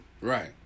Right